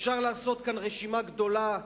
אפשר לעשות כאן רשימה גדולה,